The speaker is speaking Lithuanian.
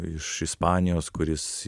iš ispanijos kuris